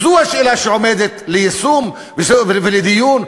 זו השאלה שעומדת ליישום ולדיון,